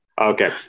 Okay